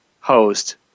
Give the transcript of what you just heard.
host